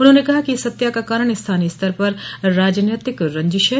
उन्होंने कहा कि इस हत्या का कारण स्थानीय स्तर पर राजनैतिक रंजिश है